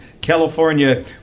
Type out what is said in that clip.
California